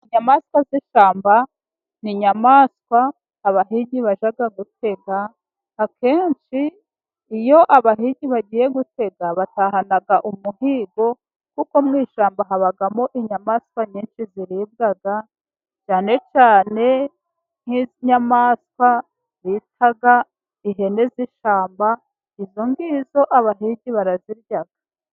Inyamaswa z'ishyamba ni inyamaswa abahigi bjya gutega ,akenshi iyo abahiti bagiye gutega batahana umuhigo kuko mu ishyamba habamo inyamaswa nyinshi ziribwa, cyane cyane nk'iz'inyamaswa bita ihene z'ishyamba izo ngizo abahigi barazirya.